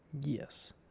Yes